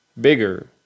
bigger